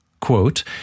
Quote